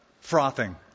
frothing